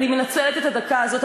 אני מנצלת את הדקה הזאת.